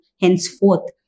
Henceforth